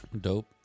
Dope